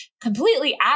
completely